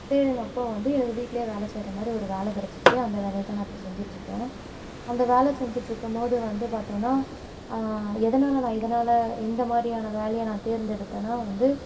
தேடினப்போ வந்து எனக்கு வீட்டிலே வேலை செய்கிற மாதிரி ஒரு வேலை கிடச்சிச்சி அந்த வேலைய தான் நான் இப்போ செஞ்சிட்டிருக்கேன் அந்த வேலை செஞ்சிட்டிருக்கும் போது வந்து பார்த்தோன்னா எதனால் நான் இதனால் இந்த மாதிரியான வேலைய நான் தேர்ந்தெடுத்தேனா வந்து